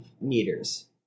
meters